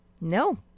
no